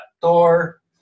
thor